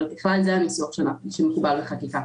אבל ככלל זה הניסוח שמקובל בחקיקה.